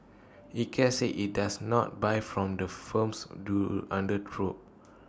Ikea said IT does not buy from the firms do under probe